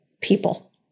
people